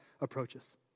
approaches